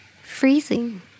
freezing